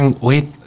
wait